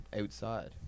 outside